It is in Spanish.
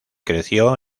creció